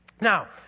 Now